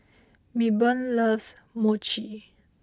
Milburn loves Mochi